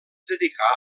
dedicà